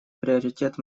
приоритет